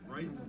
Right